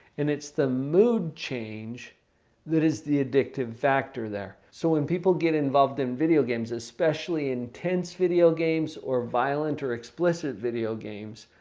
and it's the mood change that is the addictive factor there. so, when people get involved in video games especially intense video games or violent or explicit video games,